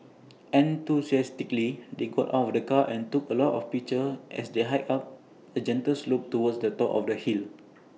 enthusiastically they got out of the car and took A lot of pictures as they hiked up A gentle slope towards the top of the hill